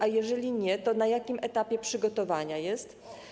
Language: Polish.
A jeżeli nie, to na jakim etapie przygotowania jest?